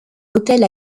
hôtel